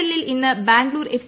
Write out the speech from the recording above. എല്ലിൽ ഇന്ന് ബാംഗ്ളൂർ എഫ്